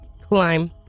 Climb